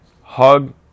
Hug